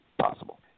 possible